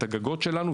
את הגגות שלנו,